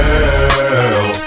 Girl